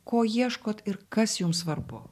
ko ieškot ir kas jums svarbu